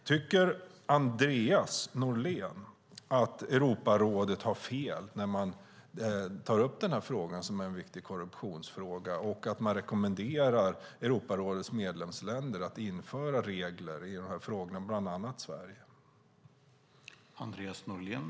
Tycker Andreas Norlén att Europarådet har fel när man tar upp den här frågan som en viktig korruptionsfråga och rekommenderar sina medlemsländer, däribland Sverige, att införa regler på det här området?